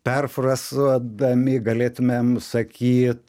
perfrazuodami galėtumėm sakyt